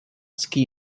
ski